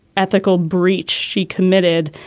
ethical breach she committed